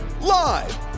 Live